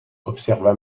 observa